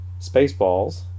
Spaceballs